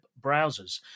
browsers